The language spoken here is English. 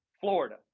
Florida